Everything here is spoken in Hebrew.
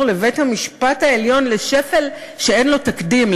לבית-המשפט העליון לשפל שאין לו תקדים,